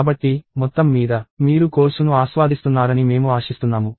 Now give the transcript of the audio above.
కాబట్టి మొత్తం మీద మీరు కోర్సును ఆస్వాదిస్తున్నారని మేము ఆశిస్తున్నాము